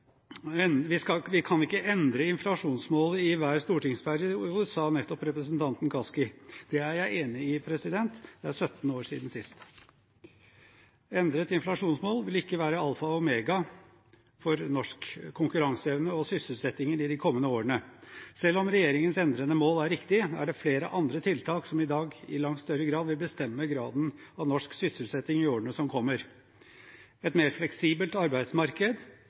endre inflasjonsmålet i hver stortingsperiode, sa representanten Kaski nettopp. Det er jeg enig i. Det er 17 år siden sist. Endret inflasjonsmål vil ikke være alfa og omega for norsk konkurranseevne og sysselsettingen i de kommende årene. Selv om regjeringens endrede mål er riktige, er det flere andre tiltak som i dag i langt større grad vil bestemme graden av norsk sysselsetting i årene som kommer: et mer fleksibelt arbeidsmarked,